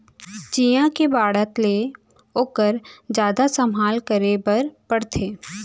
चियॉ के बाढ़त ले ओकर जादा संभाल करे बर परथे